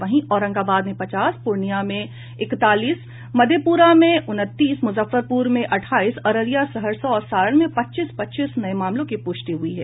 वहीं औरंगाबाद में पचास पूर्णिया में इकतालीस मधेपुरा में उनतीस मुजफ्फरपुर में अट्ठाईस अररिया सहरसा और सारण में पच्चीस पच्चीस नये मामलों की पुष्टि हुई है